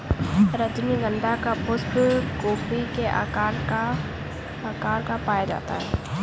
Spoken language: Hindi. रजनीगंधा का पुष्प कुपी के आकार का पाया जाता है